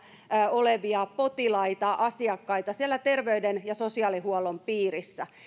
olevia potilaita ja asiakkaita siellä terveyden ja sosiaalihuollon piirissä